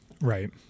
Right